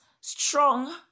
strong